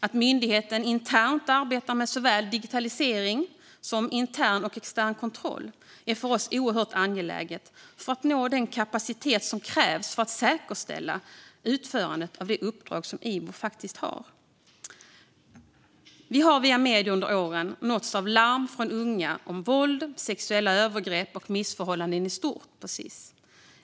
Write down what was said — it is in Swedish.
Att myndigheten arbetar internt med såväl digitalisering som intern och extern kontroll är för oss oerhört angeläget för att nå den kapacitet som krävs för att säkerställa utförandet av det uppdrag som Ivo faktiskt har. Vi har via medier under åren nåtts av larm från unga om våld, sexuella övergrepp och missförhållanden på Sis i stort.